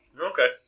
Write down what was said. Okay